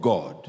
God